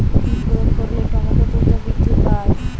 কি প্রয়োগ করলে টমেটো দ্রুত বৃদ্ধি পায়?